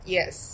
Yes